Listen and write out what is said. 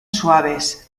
suaves